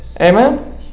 Amen